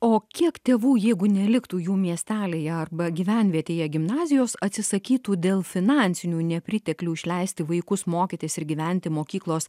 o kiek tėvų jeigu neliktų jų miestelyje arba gyvenvietėje gimnazijos atsisakytų dėl finansinių nepriteklių išleisti vaikus mokytis ir gyventi mokyklos